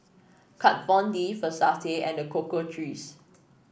Kat Von D Versace and The Cocoa Trees